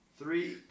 Three